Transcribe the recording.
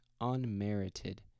unmerited